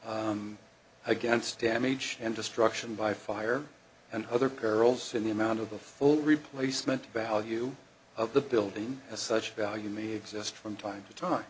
against damage and destruction by fire and other perils in the amount of the full replacement value of the building as such value me exist from time to time